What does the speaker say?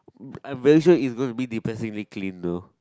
I'm very sure it is gonna be depressively clean no